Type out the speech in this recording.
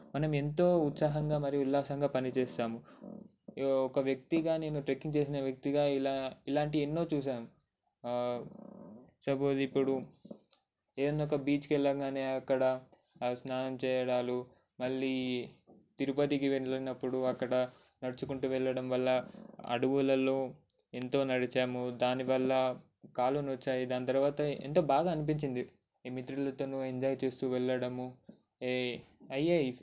మనం ఎంతో ఉత్సాహంగా మరియు ఉల్లాసంగా పని చేస్తాం ఒక వ్యక్తిగా నేను ట్రెక్కింగ్ చేసిన వ్యక్తిగా ఇలా ఇలాంటి ఎన్నో చూశాను సపోజ్ ఇప్పుడు నేను ఒక బీచ్కి వెళ్ళంగానే అక్కడ స్నానం చేయడాలు మళ్లీ తిరుపతికి వెళుతున్నప్పుడు అక్కడ నడుచుకుంటూ వెళ్లడం వల్ల అడవులలో ఎంతో నడిచాము దాని వల్ల కాళ్లు నొచ్చాయి దాని తర్వాత ఎంత ఎంతో బాగా అనిపించింది మిత్రులతో ఎంజాయ్ చేస్తూ వెళ్లడము ఏ అయ్యాయి